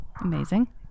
amazing